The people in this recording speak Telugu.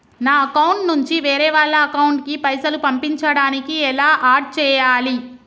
నా అకౌంట్ నుంచి వేరే వాళ్ల అకౌంట్ కి పైసలు పంపించడానికి ఎలా ఆడ్ చేయాలి?